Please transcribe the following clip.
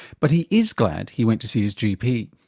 but he is glad he went to see his gp.